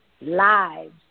lives